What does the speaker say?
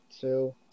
two